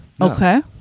Okay